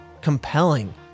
compelling